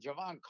Javon